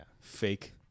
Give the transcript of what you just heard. Fake